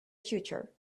future